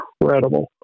incredible